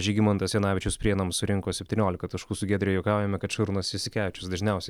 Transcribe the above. žygimantas janavičius prienams surinko septyniolika taškų su giedre juokaujame kad šarūnas jasikevičius dažniausiai